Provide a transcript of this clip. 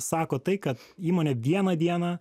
sako tai kad įmonė vieną dieną